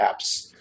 apps